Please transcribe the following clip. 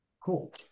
Cool